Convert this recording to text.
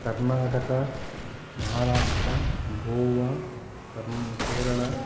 Karnataka Maharashtra Goa Kerala